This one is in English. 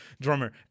drummer